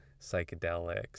psychedelics